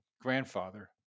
grandfather